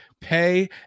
Pay